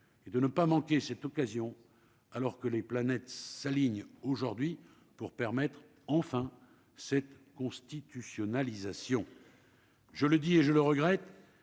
et de ne pas manquer cette occasion alors que les planètes s'alignent aujourd'hui pour permettre enfin cette constitutionnalisation. Je le dis et je le regrette,